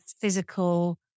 physical